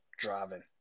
driving